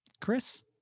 Chris